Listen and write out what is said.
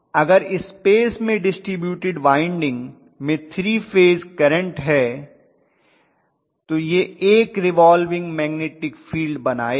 अगर स्पेस में distributed winding में 3 फेज करंट है तो यह एक रिवाल्विंग मैग्नेटिक फील्ड बनाएगा